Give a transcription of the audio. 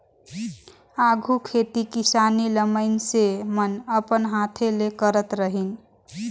आघु खेती किसानी ल मइनसे मन अपन हांथे ले करत रहिन